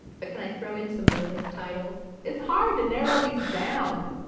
but can i throw in some bonus titles? it's hard to narrow these down!